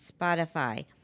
Spotify